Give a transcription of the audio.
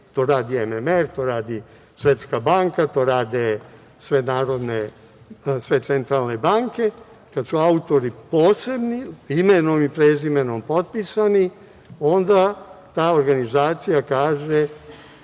to radi MMF, to radi Svetska banka, to rade sve centralne banke, kad su autori posebni, imenom i prezimenom potpisani, onda ta organizacija kaže